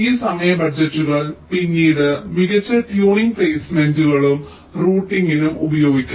ഈ സമയ ബജറ്റുകൾ പിന്നീട് മികച്ച ട്യൂണിംഗ് പ്ലേസ്മെന്റിനും റൂട്ടിംഗിനും ഉപയോഗിക്കാം